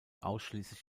ausschließlich